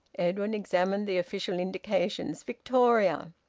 edwin examined the official indications victoria.